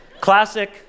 Classic